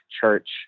church